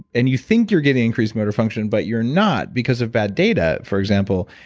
and you think you're getting increased motor function, but you're not because of bad data, for example,